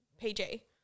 PG